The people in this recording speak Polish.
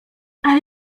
ale